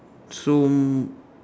so